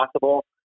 possible